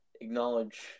acknowledge